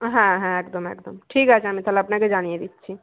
হ্যাঁ হ্যাঁ একদম একদম ঠিক আছে আমি তাহলে আপনাকে জানিয়ে দিচ্ছি